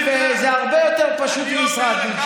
אבל אני רוצה להגיד לך משהו בהגינות,